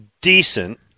decent